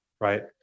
right